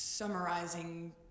summarizing